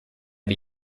wir